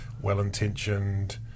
well-intentioned